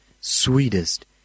sweetest